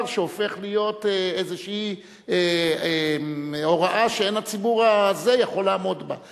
שהופך להיות איזו הוראה שאין הציבור יכול לעמוד בה.